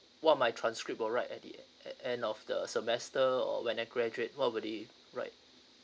what my transcript will write at the end end of the semester or when I graduate what will it write